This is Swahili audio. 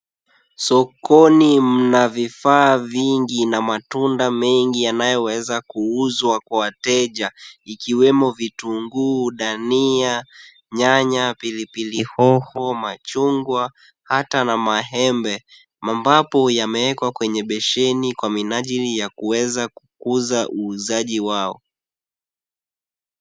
Sokoni mna vifaa vingi na matunda mengi yanayoweza kuuzwa kwa wateja ikiwemo vitunguu, dania, nyanya, pilipili hoho, machungwa hata na maembe ambapo yameekwa kwenye besheni kwa minajili ya kuweza kuuza uuzaji wao.